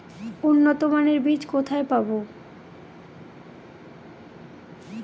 উন্নতমানের বীজ কোথায় পাব?